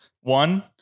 One